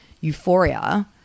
Euphoria –